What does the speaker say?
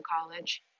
college